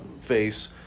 face